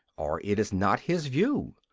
or it is not his view.